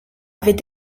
avaient